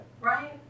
Right